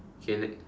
okay next